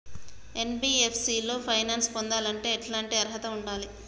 NBFC లో finance పొందాలంటే ఎట్లాంటి అర్హత ఉండాలే?